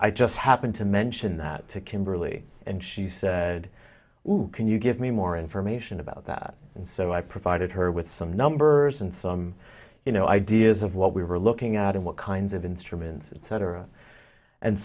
i just happened to mention that to kimberly and she said well can you give me more information about that and so i provided her with some numbers and some you know ideas of what we were looking at and what kinds of instruments et